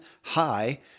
high